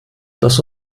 das